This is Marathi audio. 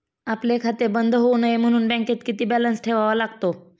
आपले खाते बंद होऊ नये म्हणून बँकेत किती बॅलन्स ठेवावा लागतो?